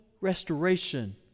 restoration